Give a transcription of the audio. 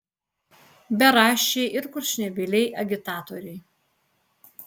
beraščiai ir kurčnebyliai agitatoriai